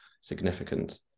significant